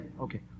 Okay